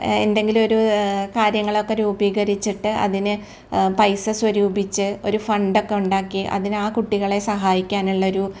എന്തെങ്കിലും ഒരു കാര്യങ്ങളൊക്കെ രൂപീകരിച്ചിട്ട് അതിന് പൈസ സ്വരൂപിച്ച് ഒരു ഫണ്ട് ഒക്കെ ഉണ്ടാക്കി അതിന് ആ കുട്ടികളെ സഹായിക്കാനുള്ള ഒരു